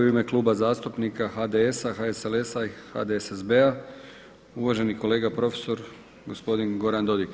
U ime Kluba zastupnika HDS-a, HSLS-a i HDSSB-a uvaženi kolega profesor gospodin Goran Dodig.